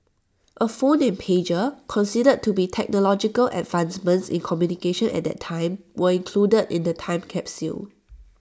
A phone and pager considered to be technological advancements in communication at that time were included in the time capsule